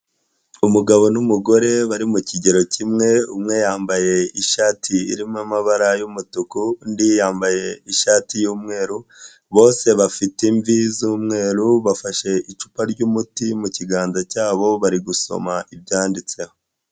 Umugabo n'umugore bari mu kigero kimwe, umwe yambaye ishati irimo amabara y'umutuku undi yambaye ishati y'umweru, bose bafite imvi z'umweru bafashe icupa ry'umuti mu kiganza cyabo bari gusoma ibyanditseho.